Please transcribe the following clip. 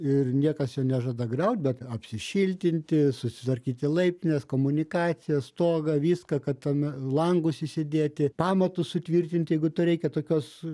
ir niekas jo nežada griaut bet apsišiltinti susitvarkyti laiptines komunikacijas stogą viską kad tame langus įsidėti pamatus sutvirtinti jeigu to reikia tokios